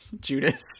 Judas